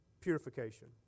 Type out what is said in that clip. purification